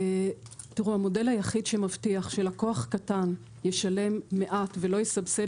המודל היחיד שמבטיח שלקוח קטן ישלם מעט ולא יסבסד